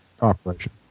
operation